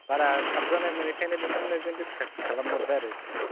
बारा साबजानय मोनैखायनो बेखौनो नोंजों दिसकास खालाम हरबाय आरो एसे